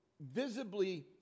visibly